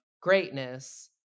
greatness